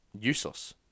useless